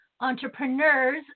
Entrepreneurs